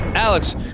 Alex